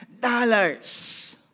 dollars